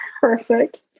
perfect